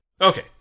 Okay